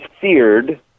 feared